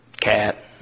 cat